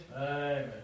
Amen